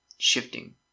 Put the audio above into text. shifting